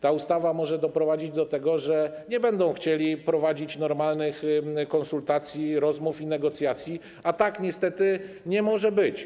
Ta ustawa może doprowadzić do tego, że nie będą chcieli prowadzić normalnych konsultacji, rozmów i negocjacji, a tak niestety nie może być.